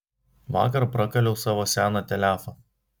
vakar prakaliau savo seną telefą